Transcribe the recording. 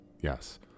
yes